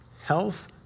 health